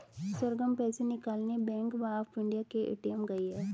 सरगम पैसे निकालने bank of India के ए.टी.एम गई है